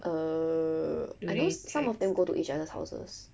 err I know some of them go to each other's houses